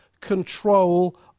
control